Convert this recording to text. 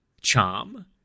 charm